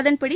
அதன்படி